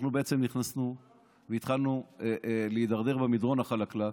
בעצם נכנסנו והתחלנו להידרדר במדרון החלקלק,